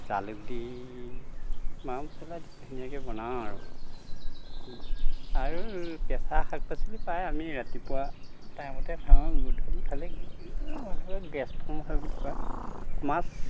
জালুক দি মা মছলা ধুনীয়াকৈ বনাওঁ আৰু আৰু কেঁচা শাক পাচলি প্ৰায় আমি ৰাতিপুৱা টাইমতে খাওঁ গধূলি খালে মানুহবোৰে গেছ ফৰ্ম হয় বুলি কয় মাছ